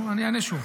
נו, אני אענה שוב.